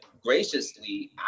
graciously